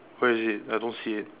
where is it I don't see it